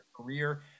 career